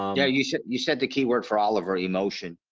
yeah, you should you said the key word for oliver emotion.